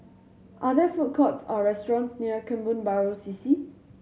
are there food courts or restaurants near Kebun Baru C C